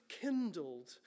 kindled